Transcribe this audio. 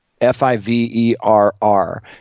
F-I-V-E-R-R